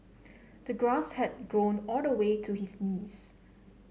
the grass had grown all the way to his knees